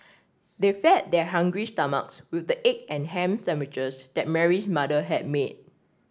they fed their hungry stomachs with the egg and ham sandwiches that Mary's mother had made